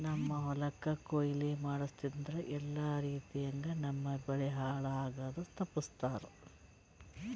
ನಮ್ಮ್ ಹೊಲಕ್ ಕೊಯ್ಲಿ ಮಾಡಸೂದ್ದ್ರಿಂದ ಎಲ್ಲಾ ರೀತಿಯಂಗ್ ನಮ್ ಬೆಳಿ ಹಾಳ್ ಆಗದು ತಪ್ಪಸ್ತಾರ್